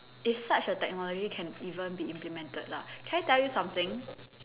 if such a technology can even be implemented lah can I tell you something